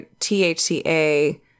THCA